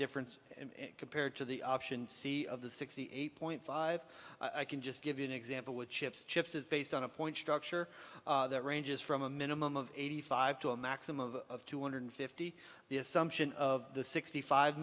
difference in compared to the option c of the sixty eight point five i can just give you an example wood chips chips is based on a point structure that ranges from a minimum of eighty five to a maximum of two hundred fifty the assumption of the sixty five